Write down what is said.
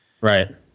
right